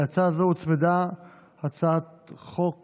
להצעה זו הוצמדה הצעת חוק